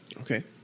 Okay